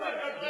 לך אין מושג.